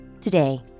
Today